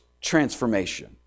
transformation